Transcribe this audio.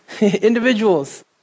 individuals